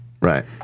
Right